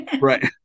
Right